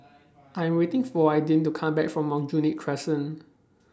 I Am waiting For Adin to Come Back from Aljunied Crescent